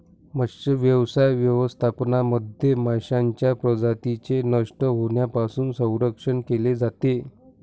मत्स्यव्यवसाय व्यवस्थापनामध्ये माशांच्या प्रजातींचे नष्ट होण्यापासून संरक्षण केले जाते